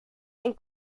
and